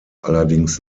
allerdings